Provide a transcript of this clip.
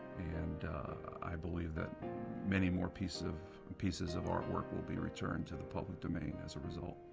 and i believe that many more pieces of pieces of artwork will be returned to the public domain as a result.